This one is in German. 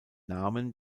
namen